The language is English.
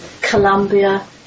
Colombia